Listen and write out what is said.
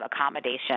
accommodation